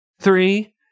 Three